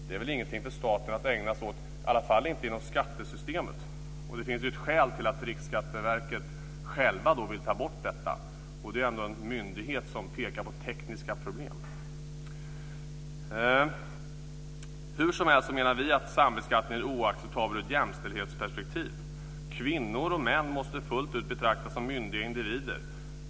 Det är väl ingenting för staten att ägna sig åt, i varje fall inte inom skattesystemet. Det finns ett skäl till att Riksskatteverket självt vill ta bort detta. Det är ändå en myndighet som pekar på tekniska problem. Hursomhelst menar vi att sambeskattningen är oacceptabel ur ett jämställdhetsperspektiv. Kvinnor och män måste fullt ut betraktas som myndiga individer.